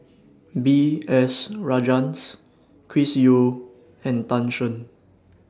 B S Rajhans Chris Yeo and Tan Shen